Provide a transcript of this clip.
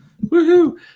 Woohoo